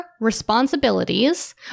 responsibilities